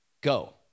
Go